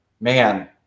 man